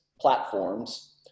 platforms